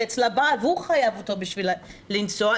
אצל הבעל והוא חייב אותו בשביל לנסוע,